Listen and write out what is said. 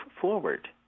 forward